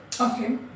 Okay